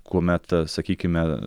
kuomet sakykime